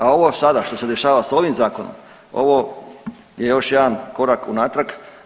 A ovo sada što se dešava s ovim zakonom ovo je još jedan korak unatrag.